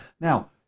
now